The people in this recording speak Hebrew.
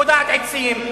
גודעת עצים,